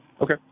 okay